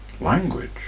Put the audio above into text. language